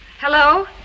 Hello